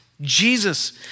Jesus